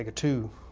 like two